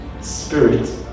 Spirit